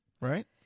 Right